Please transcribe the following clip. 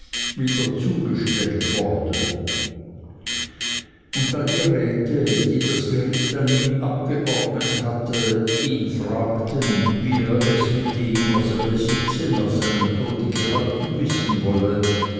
wieder zugestellt worden und da die räte die das gericht an ihn abgeordnet hatte ihn fragten wie er es mit dem was er besitze nach seinem tode gehalten wissen wolle